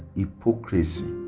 hypocrisy